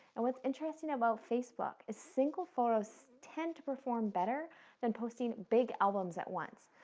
and what's interesting about facebook is single photos tend to perform better than posting big albums at once.